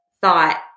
thought